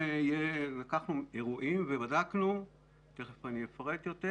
לקחנו אירועים ובדקנו תכף אני אפרט יותר